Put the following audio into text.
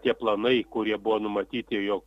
tie planai kurie buvo numatyti jog